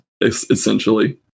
essentially